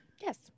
Yes